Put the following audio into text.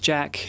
Jack